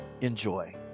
Enjoy